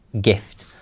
gift